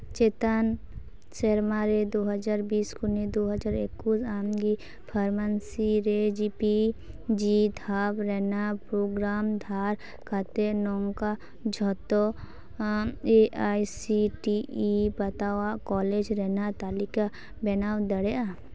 ᱪᱮᱛᱟᱱ ᱥᱮᱨᱢᱟ ᱨᱮ ᱫᱩ ᱦᱟᱡᱟᱨ ᱵᱤᱥ ᱠᱷᱚᱱᱤᱜ ᱫᱩ ᱦᱟᱡᱟᱨ ᱮᱠᱩᱥ ᱟᱢᱜᱮ ᱯᱷᱟᱨᱢᱟᱥᱤ ᱨᱮ ᱡᱤᱯᱤ ᱡᱤ ᱫᱷᱟᱯ ᱨᱮᱱᱟᱜ ᱯᱨᱳᱜᱨᱟᱢ ᱫᱷᱟᱨ ᱠᱟᱛᱮ ᱱᱚᱝᱠᱟ ᱡᱷᱚᱛᱚ A I C T E ᱵᱟᱛᱟᱣᱟᱜ ᱠᱚᱞᱮᱡᱽ ᱨᱮᱱᱟᱜ ᱛᱟᱹᱞᱤᱠᱟ ᱵᱮᱱᱟᱣ ᱫᱟᱲᱮᱭᱟᱜᱼᱟ